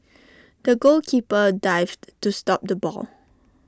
the goalkeeper dived to stop the ball